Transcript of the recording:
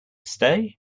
stay